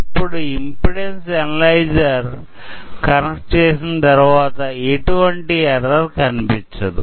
ఇప్పుడు impedance analyser connect చేసిన తరువాత ఎటువంటి ఎర్రర్ కనిపించదు